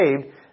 saved